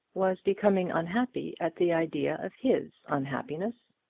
was becoming unhappy at the idea of his unhappiness.